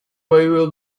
will